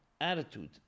attitude